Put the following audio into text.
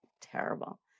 terrible